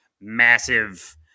massive